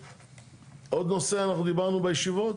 עוד נושא אנחנו דיברנו בישיבות?